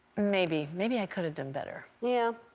maybe. maybe i could have done better. yeah,